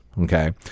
okay